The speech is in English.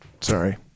sorry